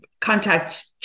contact